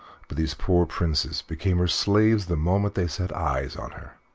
but these poor princes became her slaves the moment they set eyes on her.